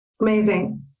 Amazing